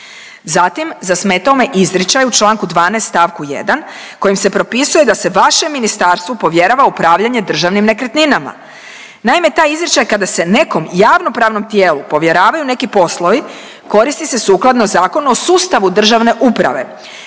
Zatim, zasmetao me izričaj u čl. 12 st. 1 kojim se propisuje da se vašem ministarstvu povjerava upravljanje državnim nekretninama. Naime, taj izričaj kada se nekom javnopravnom tijelu povjeravaju neki poslovi koristi se sukladno Zakonu o sustavu državne uprave